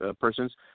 persons